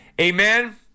amen